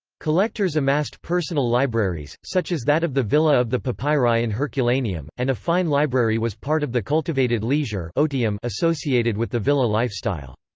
collectors amassed personal libraries, such as that of the villa of the papyri in herculaneum, and a fine library was part of the cultivated leisure um associated with the villa lifestyle.